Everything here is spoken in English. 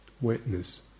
wetness